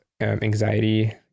anxiety